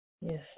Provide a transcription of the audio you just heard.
Yes